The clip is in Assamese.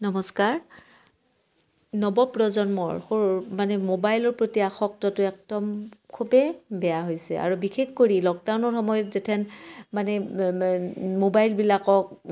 নমস্কাৰ নৱ প্ৰজন্মৰ মানে ম'বাইলৰ প্ৰতি আসক্তটোৱে একদম খুবেই বেয়া হৈছে আৰু বিশেষ কৰি লকডাউনৰ সময়ত যেথেন মানে ম'বাইলবিলাকক